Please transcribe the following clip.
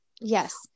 Yes